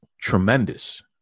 tremendous